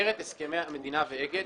במסגרת הסכמי המדינה מול אגד,